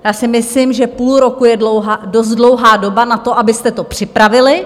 Já si myslím, že půl roku je dost dlouhá doba na to, abyste to připravili.